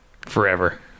forever